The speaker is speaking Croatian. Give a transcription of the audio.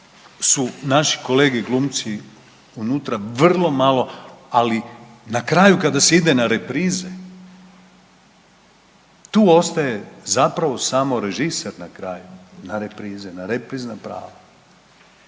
su naši kolege glumci unutra vrlo malo, ali na kraju kada se ide na reprize, tu ostaje zapravo samo režiser na kraju na reprize, na reprizna prava.